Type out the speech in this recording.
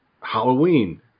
Halloween